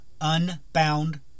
unbound